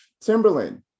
Timberland